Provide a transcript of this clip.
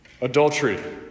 Adultery